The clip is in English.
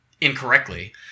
incorrectly